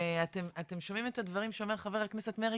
אתם שומעים את הדברים שאומר חברת הכנסת מרעי,